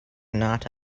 not